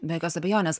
be jokios abejonės